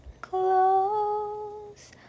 close